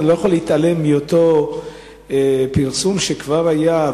אינני יכול להתעלם מאותו פרסום שכבר היה.